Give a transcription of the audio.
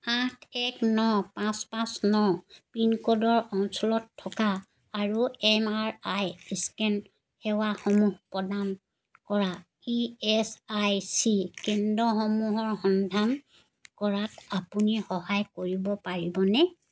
আঠ এক ন পাঁচ পাঁচ ন পিনক'ডৰ অঞ্চলত থকা আৰু এম আৰ আই স্কেন সেৱাসমূহ প্ৰদান কৰা ই এছ আই চি কেন্দ্ৰসমূহৰ সন্ধান কৰাত আপুনি সহায় কৰিব পাৰিবনে